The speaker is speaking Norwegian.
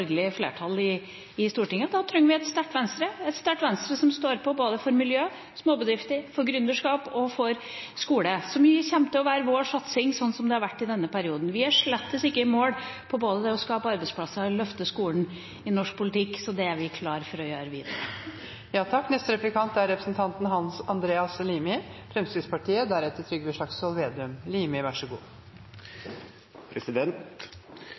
flertall i Stortinget. Da trenger vi et sterkt Venstre, et sterkt Venstre som står på både for miljø, for småbedrifter, for gründerskap og for skole – som kommer til å være vår satsing, sånn som det har vært i denne perioden. Vi er slett ikke i mål verken når det gjelder å skape arbeidsplasser eller å løfte skolen i norsk politikk. Det er vi klar for å gjøre videre.